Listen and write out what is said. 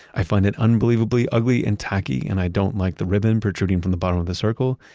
i find it unbelievably ugly and tacky and i don't like the ribbon protruding from the bottom of the circle.